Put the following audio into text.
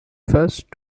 first